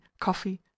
coffee